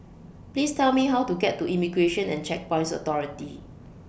Please Tell Me How to get to Immigration and Checkpoints Authority